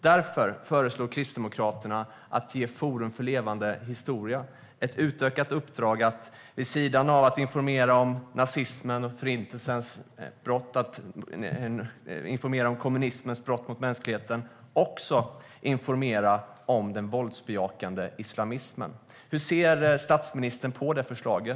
Därför föreslår Kristdemokraterna att man ska ge Forum för levande historia ett utökat uppdrag att vid sidan av att informera om nazismens, Förintelsens och kommunismens brott mot mänskligheten också informera om den våldsbejakande islamismen. Hur ser statsministern på det förslaget?